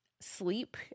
sleep